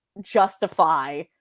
justify